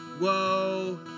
whoa